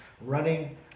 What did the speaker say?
running